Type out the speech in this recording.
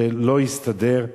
זה לא הסתדר.